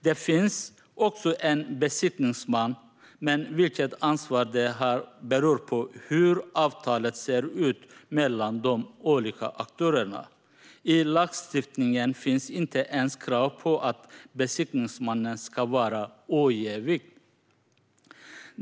Det finns också en besiktningsman, men vilket ansvar denne har beror på hur avtalet ser ut mellan de olika aktörerna. I lagstiftningen finns inte ens krav på att besiktningsmannen ska vara ojävig.